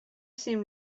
seem